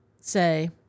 say